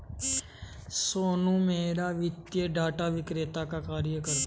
सोनू मेहरा वित्तीय डाटा विक्रेता का कार्य करता है